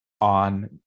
on